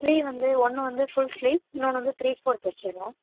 sleeve வந்து ஒன்று வந்து ஃபுல் ஸ்லீவ் இன்னொன்று வந்து த்ரீ ஃபோர்த் தச்சுருங்க